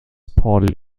party